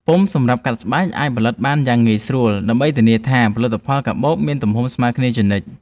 ពុម្ពសម្រាប់កាត់ស្បែកអាចផលិតបានយ៉ាងងាយស្រួលដើម្បីធានាថាផលិតផលកាបូបមានទំហំស្មើគ្នាជានិច្ច។